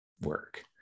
work